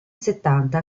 settanta